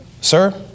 sir